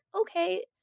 okay